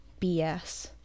bs